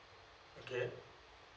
okay